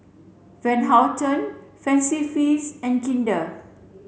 Van Houten Fancy Feast and Kinder